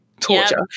torture